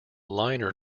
liner